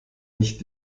nicht